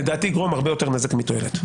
לדעתי יגרום הרבה יותר נזק מתועלת.